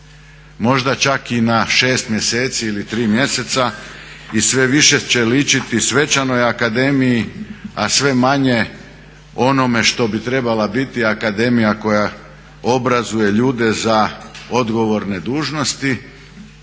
možda čak na šest mjeseci ili tri mjeseca i sve više će ličiti svečanoj akademiji, a sve manje onome što bi trebala biti akademija koja obrazuje ljude za odgovorne dužnosti